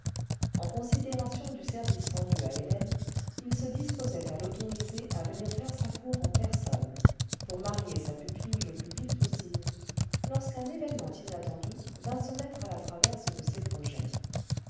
en considération du service rendu à hélène il se disposait à l'autoriser à venir faire sa cour en personne pour marier sa pupille le plus vite possible lorsqu'un événement inattendu vint se mettre à la traverse de ses projets